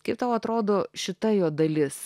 kaip tau atrodo šita jo dalis